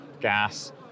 gas